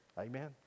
Amen